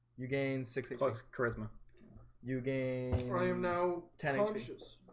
you gain sixty plus charisma you gain um no ten x fishes